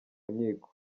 nkiko